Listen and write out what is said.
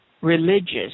religious